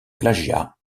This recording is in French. plagiat